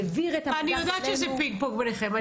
העביר את המגש אלינו --- אני יודעת שזה פינג פונג בינכם.